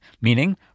meaning